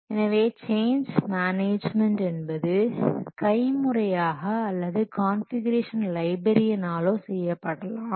எனவே change management என்பது கைமுறையாக அல்லது கான்ஃபிகுரேஷன் லைப்ரேரியனாலோ செய்யப்படலாம்